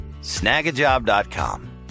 Snagajob.com